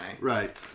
Right